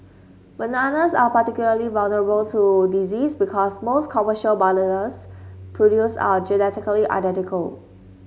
bananas are particularly vulnerable to disease because most commercial bananas produced are genetically identical